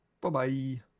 Bye-bye